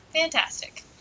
Fantastic